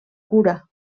cura